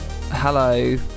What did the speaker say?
Hello